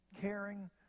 caring